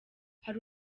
hari